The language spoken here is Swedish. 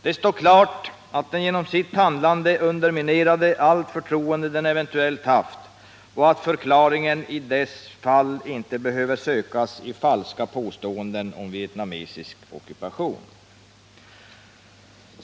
Det står klart att den genom sitt handlande underminerade allt förtroende den eventuellt haft och att förklaringen till dess fall inte behöver sökas i falska påståenden om en vietnamesisk ockupation.